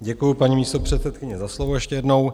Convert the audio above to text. Děkuju, paní místopředsedkyně, za slovo ještě jednou.